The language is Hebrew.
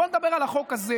בואו נדבר על החוק הזה.